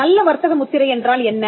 நல்ல வர்த்தக முத்திரை என்றால் என்ன